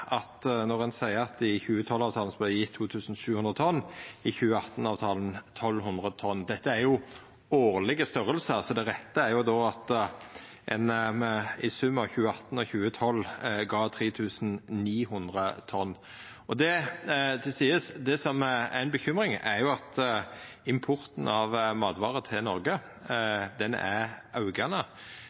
seg, når ein seier at det i 2012-avtalen vart gjeve 2 700 tonn og i 2018-avtalen 1 200 tonn, at dette er årlege storleikar, så det rette er då at ein i sum av 2018 og 2012 gav 3 900 tonn. Det til sides: Det som er ei bekymring, er at importen av matvarer til Noreg er aukande.